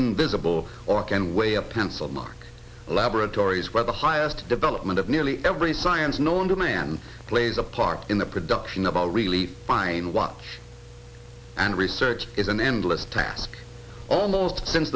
invisible or can weigh a pencil mark laboratories where the highest development of nearly every science known to man plays a part in the production about a really fine watch and research is an endless task almost since